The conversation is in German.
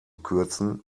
kürzen